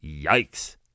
Yikes